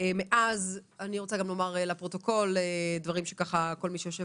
ואני רוצה לומר לפרוטוקול דברים שכל מי שיושב